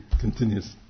continues